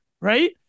right